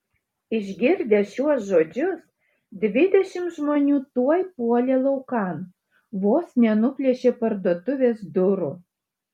išgirdę šiuos žodžius dvidešimt žmonių tuoj puolė laukan vos nenuplėšė parduotuvės durų